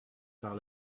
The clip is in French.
par